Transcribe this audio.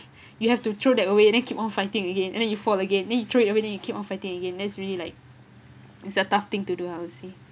you have to throw that away and then keep on fighting again and then you fall again then you throw it away then you keep on fighting again that's really like is a tough thing to do I would say